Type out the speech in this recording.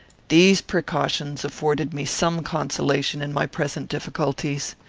these precautions afforded me some consolation in my present difficulties.